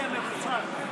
הגיע מרוסק,